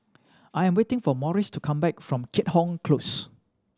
I'm waiting for Morris to come back from Keat Hong Close